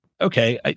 okay